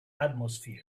atmosphere